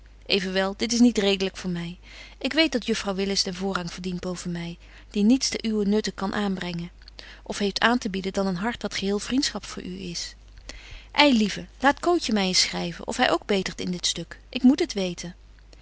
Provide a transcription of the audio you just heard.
evenwel dit is niet redelyk van my ik weet dat juffrouw willis den voorrang verdient boven my die niets ten uwen nutte kan aanbrengen of heeft aantebieden dan een hart dat geheel vriendschap voor u is ei lieve laat cootje my eens schryven of hy ook betert in dit stuk ik moet het weten